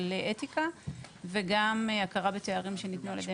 כללי אתיקה וגם הכרה בתארים שניתנו על ידי